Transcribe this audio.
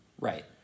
Right